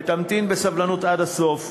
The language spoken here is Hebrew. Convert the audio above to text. ותמתין בסבלנות עד הסוף,